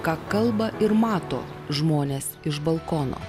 ką kalba ir mato žmonės iš balkono